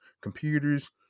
computers